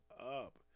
up